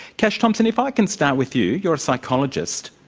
kash thompson, if i can start with you you're a psychologist.